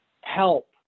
help